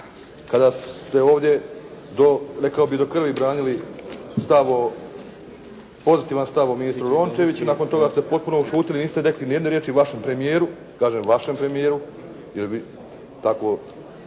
kada ste ovdje rekao bih do krvi branili stav o, pozitivan stav o ministru Rončeviću, nakon toga ste potpuno ušutili, niste rekli ni jedne riječi vašem premijeru, kažem vašem premijeru, jer vi tako,